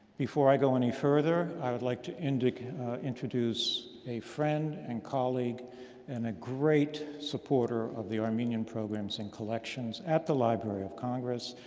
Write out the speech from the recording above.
before i go any further, i would like to introduce a friend and colleague and a great supporter of the armenian programs and collections at the library of congress,